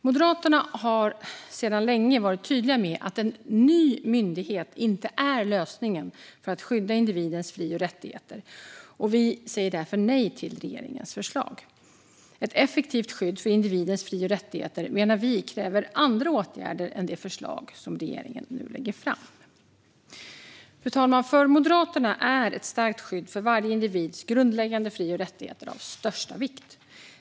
Moderaterna har sedan länge varit tydliga med att en ny myndighet inte är lösningen för att skydda individens fri och rättigheter, och vi säger därför nej till regeringens förslag. Ett effektivt skydd för individens fri och rättigheter menar vi kräver andra åtgärder än det förslag som regeringen nu lägger fram. Fru talman! För Moderaterna är ett starkt skydd for varje individs grundläggande fri och rättigheter av största vikt.